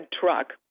truck